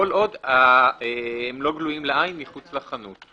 כל עוד הם לא גלויים לעין מחוץ לחנות.